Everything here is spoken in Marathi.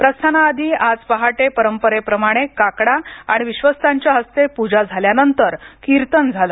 प्रस्थानाआधी आज पहाटे परंपरेप्रमाणे काकडा आणि विश्वस्तांच्या हस्ते पूजा झाल्यानंतर कीर्तन झाले